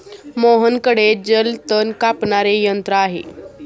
मोहनकडे जलतण कापणारे यंत्र आहे